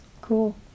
Cool